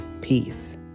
Peace